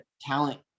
talent